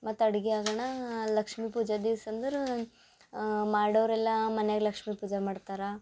ಮತ್ತು ಅಡ್ಗಿ ಯಾಗಣಾ ಲಕ್ಷ್ಮಿ ಪೂಜೆ ದಿವ್ಸ ಅಂದ್ರೆ ಮಾಡೋರು ಎಲ್ಲಾ ಮನ್ಯಾಗ ಲಕ್ಷ್ಮಿ ಪೂಜೆ ಮಾಡ್ತಾರೆ